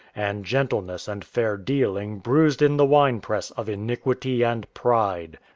and gentleness and fair-dealing bruised in the winepress of iniquity and pride.